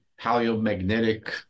paleomagnetic